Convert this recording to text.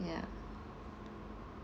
ya